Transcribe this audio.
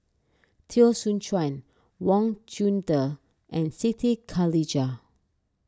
Teo Soon Chuan Wang Chunde and Siti Khalijah